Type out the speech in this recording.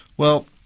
well,